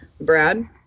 Brad